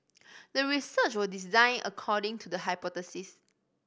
the research was designed according to the hypothesis